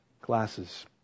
glasses